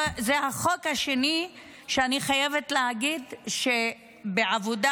אני חייבת להגיד שזה החוק השני שבעבודה